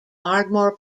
ardmore